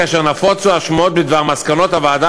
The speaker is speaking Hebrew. כאשר נפוצו השמועות בדבר מסקנות הוועדה